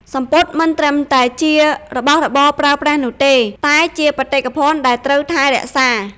សំពត់មិនត្រឹមតែជារបស់របរប្រើប្រាស់នោះទេ តែជាបេតិកភណ្ឌដែលត្រូវថែរក្សា។